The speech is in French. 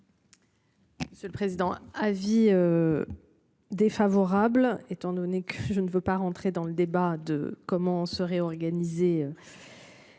C'est le président avis. Défavorable étant donné que je ne veux pas rentrer dans le débat de comment se réorganiser.